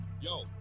Yo